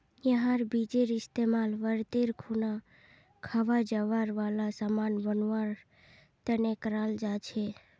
यहार बीजेर इस्तेमाल व्रतेर खुना खवा जावा वाला सामान बनवा तने कराल जा छे